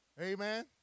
Amen